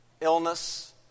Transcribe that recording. illness